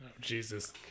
Jesus